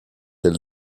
elle